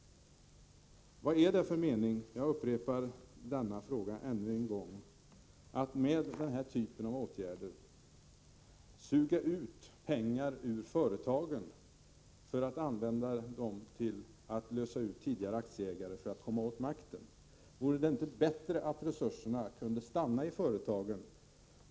Vad är det för mening med — jag upprepar den frågan ännu en gång — att med den här typen av åtgärder suga ut pengar ur företagen för att använda dem till att lösa ut tidigare aktieägare i syfte att komma åt makten? Vore det inte bättre att resurserna kunde stanna i företagen?